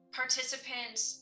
participants